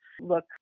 look